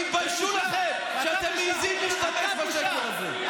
תתביישו לכם שאתם מעיזים להשתתף בשקר הזה.